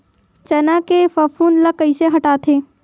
चना के फफूंद ल कइसे हटाथे?